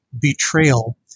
betrayal